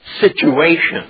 situation